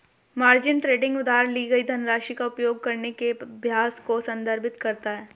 margin trading उधार ली गई धनराशि का उपयोग करने के अभ्यास को संदर्भित करता है